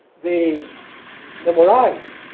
they memorize